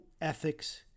ethics